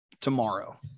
tomorrow